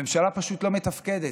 הממשלה פשוט לא מתפקדת.